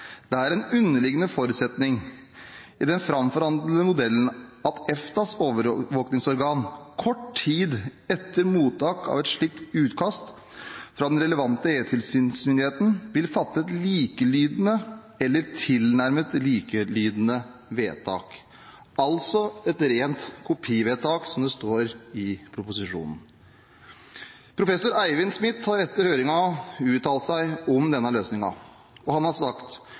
er en underliggende forutsetning i den fremforhandlede modellen, at EFTAs overvåkningsorgan kort tid etter mottak av et slikt utkast fra den relevante EU-tilsynsmyndigheten vil fatte et likelydende eller tilnærmet likelydende vedtak». Altså et rent kopivedtak, som det står i proposisjonen. Professor Eivind Smith har etter høringen uttalt seg om denne løsningen. Han har sagt: